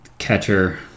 catcher